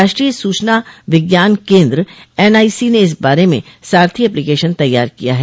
राष्ट्रीय सूचना विज्ञान केन्द्र एनआइसी ने इस बारे में सारथी एप्लिकेशन तैयार किया है